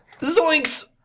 Zoinks